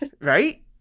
right